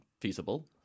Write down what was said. feasible